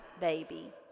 baby